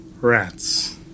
rats